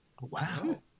Wow